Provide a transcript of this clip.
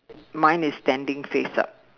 mine is standing face up